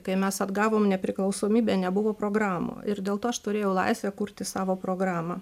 kai mes atgavom nepriklausomybę nebuvo programų ir dėl to aš turėjau laisvę kurti savo programą